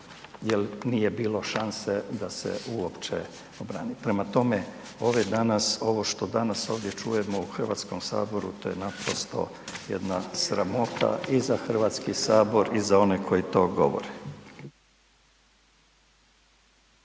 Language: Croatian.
jer nije bilo šanse da se uopće obrani. Prema tome, ove danas, ovo što danas ovdje čujemo u HS-u to je naprosto jedna sramota i za HS i za one koji to govore.